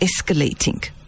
escalating